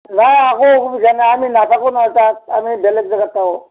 নাই নাথাকোঁ নহয় তাত আপুনি বেলেগ জেগাত পাব